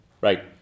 Right